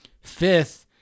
Fifth